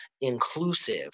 inclusive